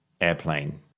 airplane